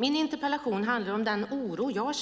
Min interpellation handlar om den oro jag